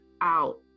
out